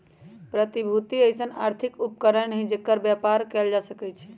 प्रतिभूति अइसँन आर्थिक उपकरण हइ जेकर बेपार कएल जा सकै छइ